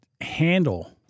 handle